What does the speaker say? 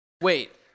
Wait